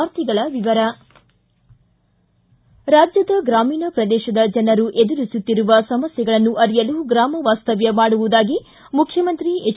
ವಾರ್ತೆಗಳ ವಿವರ ರಾಜ್ಯದ ಗ್ರಾಮೀಣ ಪ್ರದೇಶದ ಜನರು ಎದುರಿಸುತ್ತಿರುವ ಸಮಸ್ನೆಗಳನ್ನು ಅರಿಯಲು ಗ್ರಾಮ ವಾಸ್ತವ್ಯ ಮಾಡುವುದಾಗಿ ಮುಖ್ಯಮಂತ್ರಿ ಎಚ್